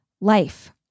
life